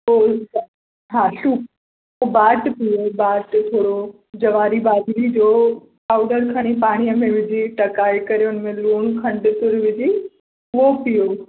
हा सूप हो ॿाटु पीओ ॿाटु थोरो जवारी बाजरी जो पाउडर खणी पाणीअ में विझी टहिकाए करे उन में लूणु खंडु तुरु विझी उहो पीओ